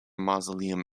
mausoleum